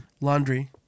Laundry